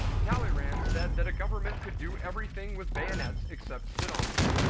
talleyrand said that a government could do everything with bayonets except sit on them.